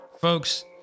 folks